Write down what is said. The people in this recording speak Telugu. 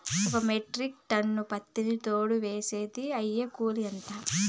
ఒక మెట్రిక్ టన్ను పత్తిని లోడు వేసేకి అయ్యే కూలి ఎంత?